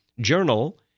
journal